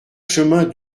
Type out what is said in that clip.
chemin